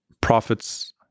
prophets